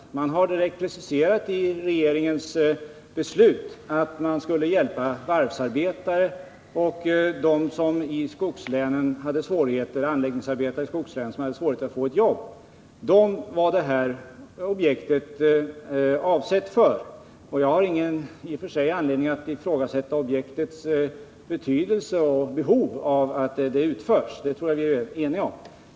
Regeringen har i sitt beslut direkt preciserat att man skulle hjälpa varvsarbetare och de anläggningsarbetare i skogslänen som hade svårigheter att få ett jobb. För dem var detta objekt avsett. Jag har i och för sig ingen anledning att ifrågasätta behovet av att utföra objektet — det tror jag vi är tämligen ense om.